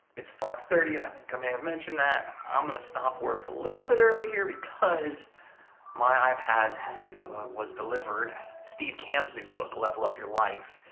it's five thirty, i think i may have mentioned that. i'm gonna stop work a little bit early here because my ipad was delivered steve kamb's new book, level up your life.